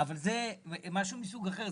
אבל זה משהו מסוג אחר,